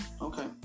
okay